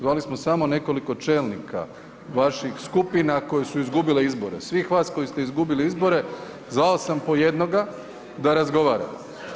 Zvali samo nekoliko čelnika vaših skupina koji su izgubili izbora, svih vas koji ste izgubili izbore zvao sam po jednoga da razgovaramo.